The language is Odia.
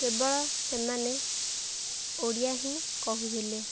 କେବଳ ସେମାନେ ଓଡ଼ିଆ ହିଁ କହୁଥିଲେ